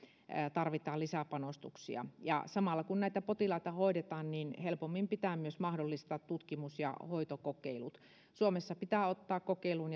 tarvitaan lisäpanostuksia samalla kun näitä potilaita hoidetaan niin helpommin pitää myös mahdollistaa tutkimus ja hoitokokeilut suomessa pitää ottaa kokeiluun